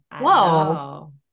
Whoa